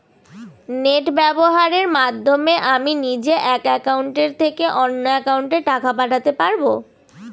Net ব্যবহারের মাধ্যমে আমি নিজে এক অ্যাকাউন্টের থেকে অন্য অ্যাকাউন্টে টাকা পাঠাতে পারব?